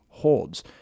holds